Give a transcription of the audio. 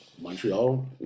Montreal